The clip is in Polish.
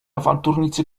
awanturnicy